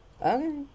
Okay